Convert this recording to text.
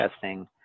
testing